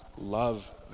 love